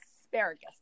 asparagus